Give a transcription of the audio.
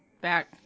back